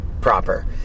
proper